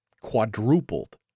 quadrupled